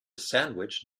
sandwich